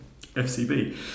FCB